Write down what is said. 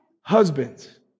husbands